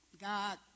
God